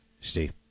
steve